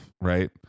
right